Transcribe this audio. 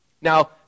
Now